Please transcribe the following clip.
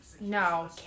No